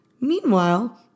Meanwhile